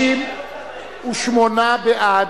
58 בעד,